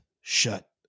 shut